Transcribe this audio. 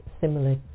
similar